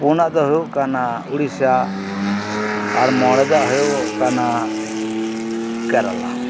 ᱯᱳᱱᱟᱜ ᱫᱚ ᱜᱩᱭᱩᱜᱚᱜ ᱠᱟᱱᱟ ᱳᱲᱤᱥᱟ ᱟᱨ ᱢᱚᱬᱮ ᱫᱟᱜ ᱦᱩᱭᱩᱜᱚᱜ ᱠᱟᱱᱟ ᱠᱮᱨᱟᱞᱟ